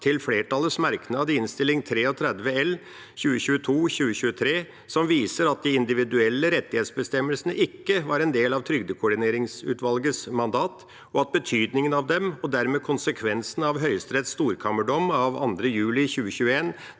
til flertallets merknad i Innst. 33 L for 2022–2023, som viser at de individuelle rettighetsbestemmelsene ikke var en del av trygdekoordineringsutvalgets mandat, og at betydningen av dem, og dermed konsekvensen av Høyesteretts storkammerdom av 2. juli 2021,